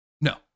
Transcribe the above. No